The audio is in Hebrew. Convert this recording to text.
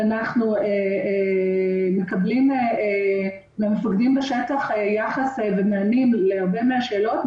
אנחנו מקבלים מהמפקדים בשטח יחס ומענים להרבה מהשאלות.